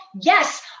Yes